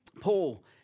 Paul